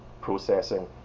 processing